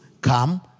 come